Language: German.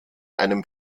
einem